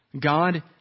God